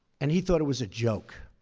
and he thought it was a joke.